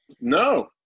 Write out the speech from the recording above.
No